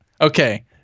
Okay